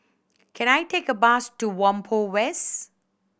can I take a bus to Whampoa West